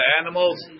animals